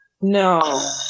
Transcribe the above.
No